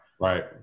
Right